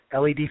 LED